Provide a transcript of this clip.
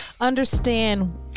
understand